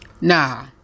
nah